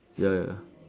ya ya